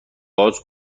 باز